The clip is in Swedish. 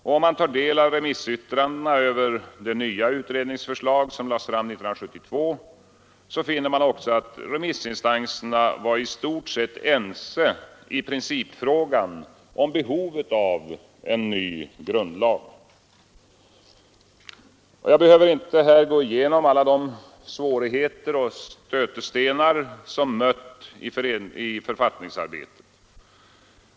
Om man tar del av remissyttrandena över det nya utredningsförslag som lades fram 1972, finner man att också remissinstanserna var i stort sett ense i principfrågan om behovet av en ny grundlag. Jag behöver inte här gå igenom alla de svårigheter och stötestenar som mött i författningsarbetet.